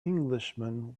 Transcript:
englishman